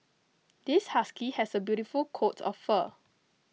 this husky has a beautiful coat of fur